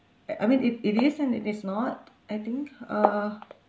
uh I mean it it is and it is not I think uh